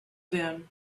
them